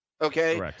okay